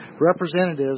representatives